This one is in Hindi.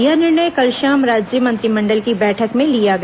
यह निर्णय कल शाम राज्य मंत्रिमंडल की बैठक में लिया गया